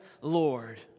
Lord